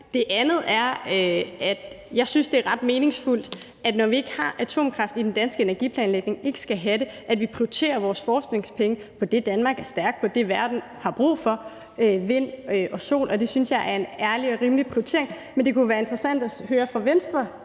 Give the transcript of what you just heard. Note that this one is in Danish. Det andet er, at jeg synes, det er meningsfuldt, at når vi ikke har atomkraft i den danske energiplanlægning og ikke skal have det, så prioriterer vi vores forskningspenge på det, Danmark er stærk på og det, verden har brug for, nemlig vind og sol. Det synes jeg er en ærlig og rimelig prioritering. Men det kunne jo være interessant at høre fra Venstre,